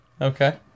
Okay